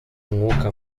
umwuka